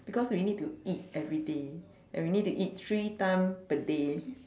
because we need to eat every day and we need to eat three time per day